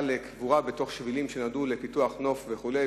של קבורה בתוך שבילים שנועדו לפיתוח נוף וכו'.